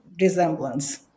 resemblance